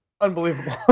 unbelievable